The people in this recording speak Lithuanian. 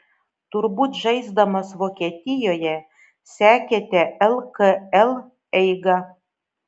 turbūt žaisdamas vokietijoje sekėte lkl eigą